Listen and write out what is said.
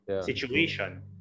situation